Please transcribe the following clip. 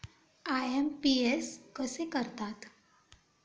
IMPS कसे करतात?